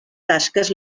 tasques